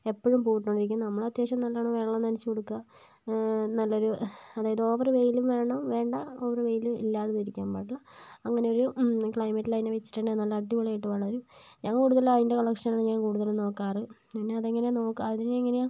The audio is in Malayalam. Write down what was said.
എപ്പോഴും പൂവ് ഇട്ടോണ്ടിരിക്കും നമ്മള് അത്യാവശ്യം നല്ലോണം വെള്ളം നനച്ച് കൊടുത്താൽ നല്ല ഒരു അതായത് ഓവറ് വെയിലും വേണ്ട വെയില് ഇല്ലാതെ ഇരിക്കാനും പാടില്ല അങ്ങനെ ക്ലൈമറ്റ് ലൈൻ വെച്ചിട്ടാണ് നല്ല അടിപൊളി ആയിട്ട് വളരും ഞാൻ കൂടുതല് അതിൻ്റെ കളക്ഷൻ ഞാൻ കൂടുതല് നോക്കാറ് പിന്നെ അത് എങ്ങനെയാണ് നോക്കാറ് അത് പിന്നെ എങ്ങനെയാണ്